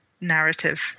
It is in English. narrative